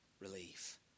relief